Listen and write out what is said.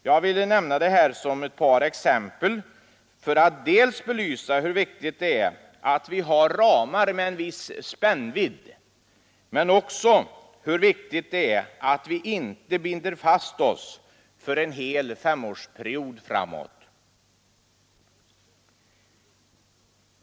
Jag ville nämna dessa exempel för att belysa hur viktigt det är att vi har ramar med en viss spännvidd men också hur viktigt det är att vi inte binder fast oss för en hel femårsperiod.